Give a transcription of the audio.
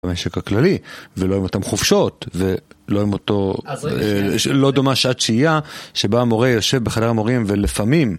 במשק הכללי, ולא אם אותן חופשות, ולא אם אותו, לא דומה שעת שהייה, שבה המורה יושב בחדר המורים ולפעמים...